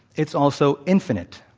it's also infinite,